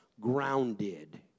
grounded